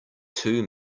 two